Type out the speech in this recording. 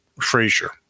Frazier